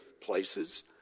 places